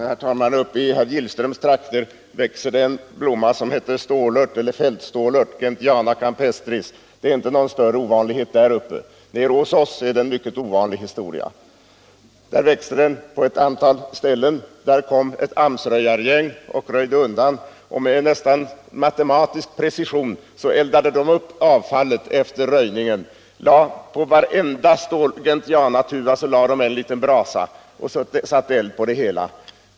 Herr talman! I herr Gillströms trakter växer en blomma, som heter fältstålört, Gentiana campestris. Den är inte så ovanlig där uppe. Hos oss i söder är den emellertid mycket ovanligare. Den växte på ett ställe, där ett AMS-röjargäng kom och röjde undan. Med nästan matematisk precision eldade de upp avfallet efter röjningen, på varenda gentianatuva en liten brasa.